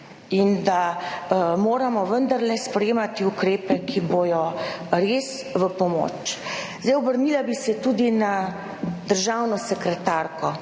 in da moramo vendarle sprejemati ukrepe, ki bodo res v pomoč. Zdaj, obrnila bi se tudi na državno sekretarko.